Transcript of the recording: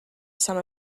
some